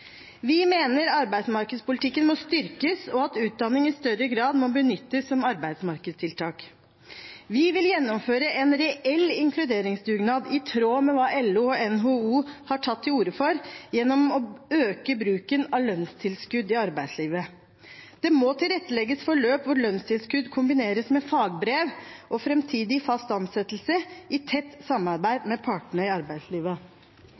Vi mener at arbeidsmarkedspolitikken må styrkes og at utdanning i større grad må benyttes som arbeidsmarkedstiltak. Vi vil gjennomføre en reell inkluderingsdugnad i tråd med hva LO og NHO har tatt til orde for gjennom å øke bruken av lønnstilskudd i arbeidslivet. Det må tilrettelegges for løp hvor lønnstilskudd kombineres med fagbrev og framtidig fast ansettelse i tett samarbeid med partene i arbeidslivet.